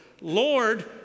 Lord